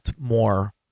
more